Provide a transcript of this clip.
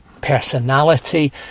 personality